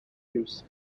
use